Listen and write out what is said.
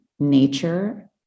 nature